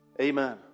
Amen